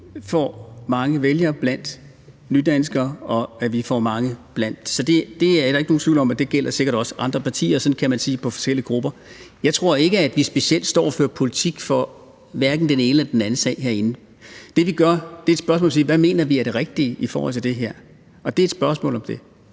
vælgere blandt nydanskere. Det er der ikke nogen tvivl om, og det gælder sikkert også andre partier, og sådan kan man sige det er i forhold til forskellige grupper. Jeg tror ikke, at vi specielt står og fører politik for den ene eller den anden sag herinde. Det, vi gør, er et spørgsmål om at sige: Hvad mener vi er det rigtige i forhold til det her? Og det er et spørgsmål om det.